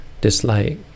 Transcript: dislike